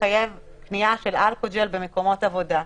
לחייב קנייה של אלכוג'ל במקומות עבודה.